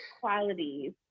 qualities